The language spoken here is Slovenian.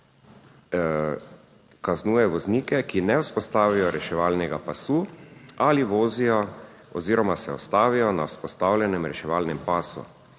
obravnava kaznuje voznike, ki ne vzpostavijo reševalnega pasu ali vozijo oziroma se ustavijo na vzpostavljenem reševalnem pasu